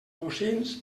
bocins